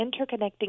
interconnecting